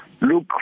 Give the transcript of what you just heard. Look